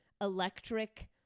electric